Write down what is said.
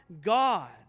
God